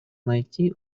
найти